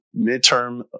midterm